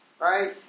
right